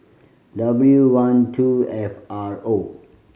W one two F R O